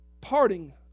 parting